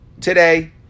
Today